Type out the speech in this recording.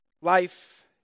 Life